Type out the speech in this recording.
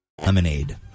Lemonade